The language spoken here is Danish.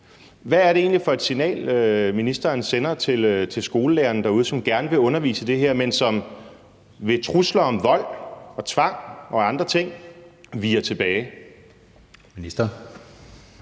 Hvad er det egentlig for et signal, ministeren sender til skolelæreren derude, som gerne vil undervise i det her, men som ved trusler om vold og tvang og andre ting viger tilbage?